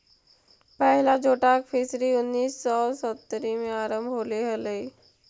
पहिला जोटाक फिशरी उन्नीस सौ सत्तर में आरंभ होले हलइ